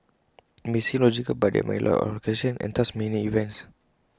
IT may seem logical but there might be A lot of classifications and thus many events